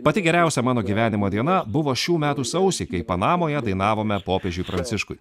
pati geriausia mano gyvenimo diena buvo šių metų sausį kai panamoje dainavome popiežiui pranciškui